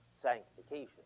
sanctification